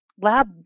lab